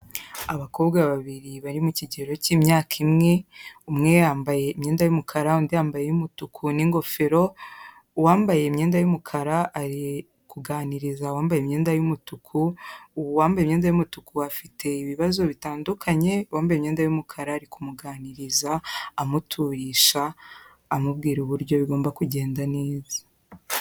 Abakobwa babiri bari mu kigero k'myaka imwe, umwe yambaye imyenda y'umukara undi yambaye iy'umutuku n'ingofero, uwambaye imyenda y'umukara ari kuganiriza uwambaye imyenda y'umutuku, uwambaye imyenda y'umutuku afite ibibazo bitandukanye, uwambaye imyenda y'umukara ari kumuganiriza amuturisha, amubwira uburyo bigomba kugenda neza.